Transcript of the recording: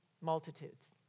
Multitudes